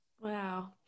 Wow